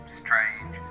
strange